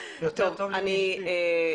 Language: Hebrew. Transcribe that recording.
יותר טוב מאשתי.